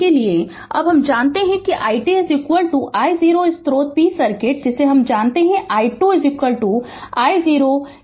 Refer Slide Time 2025 अब हम जानते हैं कि i t I0 स्रोत p सर्किट जिसे हम जानते हैं I 2 I0 e t tτ